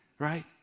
Right